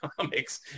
comics